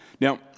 Now